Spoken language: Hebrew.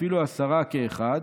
אפילו עשרה, כאחד,